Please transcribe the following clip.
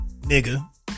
Nigga